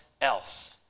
else